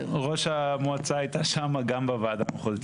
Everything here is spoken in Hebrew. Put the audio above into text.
ראש המועצה הייתה שמה גם בוועדה המחוזית,